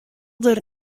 der